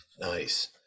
Nice